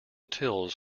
tills